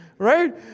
right